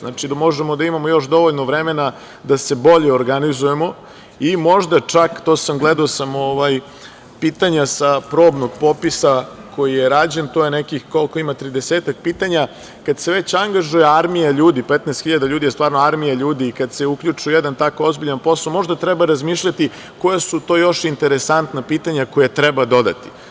Znači, da možemo da imamo još dovoljno vremena da se bolje organizujemo i možda čak, gledao sam pitanja sa probnog popisa koji je rađen, ima nekih tridesetak pitanja, kad se već angažuje armija ljudi, 15.000 ljudi je stvarno armija ljudi, kad se uključe u jedan tako ozbiljan posao, možda treba razmišljati koja su to još interesantna pitanja koja treba dodati.